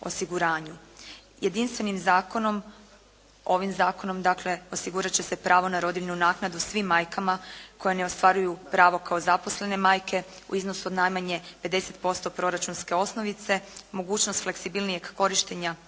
ovim zakonom dakle, osigurat će se pravo na rodiljnu naknadu svim majkama koje ne ostvaruju pravo kao zaposlene majke u iznosu od najmanje 50% proračunske osnovice, mogućnost fleksibilnijeg korištenja